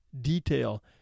detail